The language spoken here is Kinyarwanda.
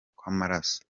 kw’amaraso